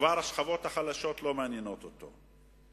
והשכבות החלשות כבר לא מעניינות אותו.